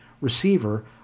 receiver